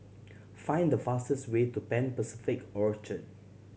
find the fastest way to Pan Pacific Orchard